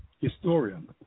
historian